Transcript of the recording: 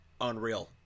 unreal